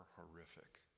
horrific